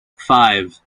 five